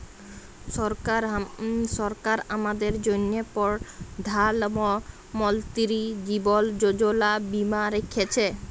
সরকার আমাদের জ্যনহে পরধাল মলতিরি জীবল যোজলা বীমা রাখ্যেছে